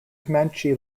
comanche